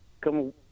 come